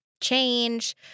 change